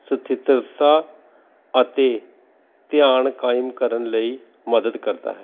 ਸਥਿਰਤਾ ਅਤੇ ਧਿਆਨ ਕਾਇਮ ਕਰਨ ਲਈ ਮਦਦ ਕਰਦਾ ਹੈ